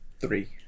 Three